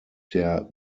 der